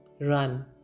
run